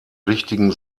richtigen